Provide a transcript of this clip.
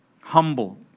Humble